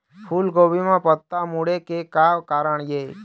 फूलगोभी म पत्ता मुड़े के का कारण ये?